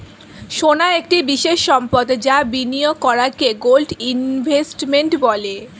সোনা একটি বিশেষ সম্পদ যা বিনিয়োগ করাকে গোল্ড ইনভেস্টমেন্ট বলে